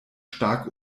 stark